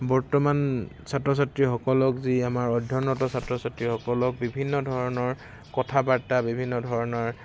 বৰ্তমান ছাত্ৰ ছাত্ৰীসকলক যি আমাৰ অধ্যয়নৰত ছাত্ৰ ছাত্ৰীসকলক বিভিন্ন ধৰণৰ কথা বাৰ্তা বিভিন্ন ধৰণৰ